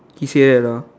he say that ah